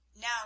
Now